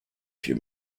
few